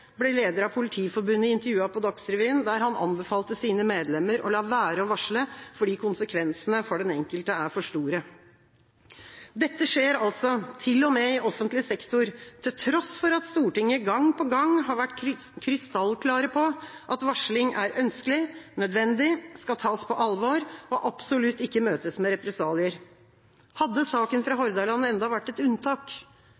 ble leder av Politiforbundet intervjuet på Dagsrevyen, der han anbefalte sine medlemmer å la være å varsle, fordi konsekvensene for den enkelte er for store. Dette skjer altså, til og med i offentlig sektor, til tross for at Stortinget gang på gang har vært krystallklar på at varsling er ønskelig, nødvendig, skal tas på alvor og absolutt ikke møtes med represalier. Hadde saken fra